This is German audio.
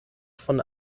von